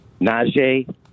Najee